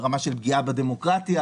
ברמה של פגיעה בדמוקרטיה.